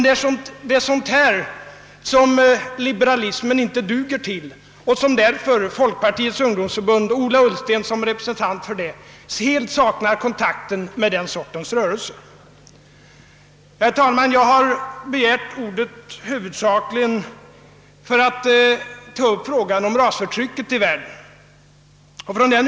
Det är sådant som liberalismen inte duger till och det är därför som folkpartiets ungdomsförbund — som Ola Ullsten representerat — helt saknar kontakt med den sortens rörelser. Herr talman! Jag har begärt ordet huvudsakligen för att här tala om rasförtrycket i världen.